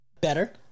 Better